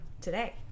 today